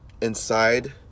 inside